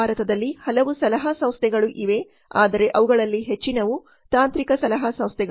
ಭಾರತದಲ್ಲಿ ಹಲವು ಸಲಹಾ ಸಂಸ್ಥೆಗಳು ಇವೆ ಆದರೆ ಅವುಗಳಲ್ಲಿ ಹೆಚ್ಚಿನವು ತಾಂತ್ರಿಕ ಸಲಹಾ ಸಂಸ್ಥೆ